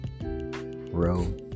row